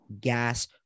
gas